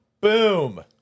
boom